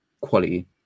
quality